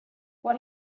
what